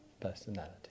personality